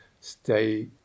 stay